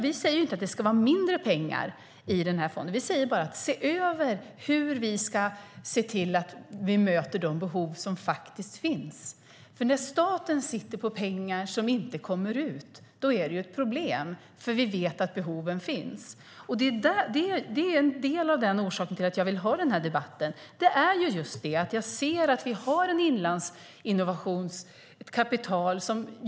Vi säger inte att det ska vara mindre pengar i den här fonden; vi säger bara att man ska se över hur man ska se till att möta de behov som faktiskt finns. När staten sitter på pengar som inte kommer ut är det nämligen ett problem, för vi vet att behoven finns. En del av orsaken till att jag ville ha den här debatten är just att jag ser att vi har ett kapital i Inlandsinnovation som inte jobbar.